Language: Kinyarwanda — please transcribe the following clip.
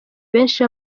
benshi